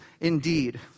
indeed